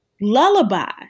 lullaby